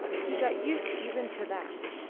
he got used even to that,